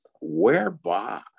whereby